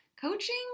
coaching